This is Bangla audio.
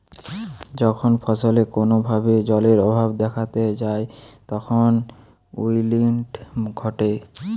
যখন ফসলে কোনো ভাবে জলের অভাব দেখাত যায় তখন উইল্টিং ঘটে